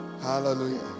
Hallelujah